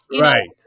Right